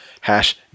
Hash